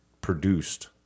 produced